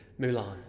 Mulan